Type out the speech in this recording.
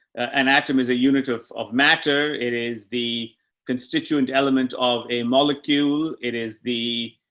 an atom is a unit of, of matter. it is the constituent element of a molecule. it is the,